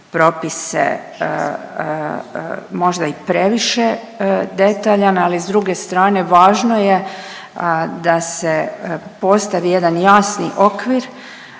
propise, možda i previše detaljan, ali s druge strane važno je da se postavi jedan jasni okvir,